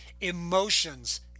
emotions